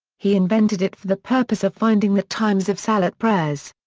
he invented it for the purpose of finding the times of salat prayers.